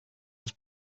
was